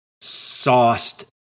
sauced